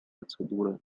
процедуры